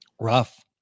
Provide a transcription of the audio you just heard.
rough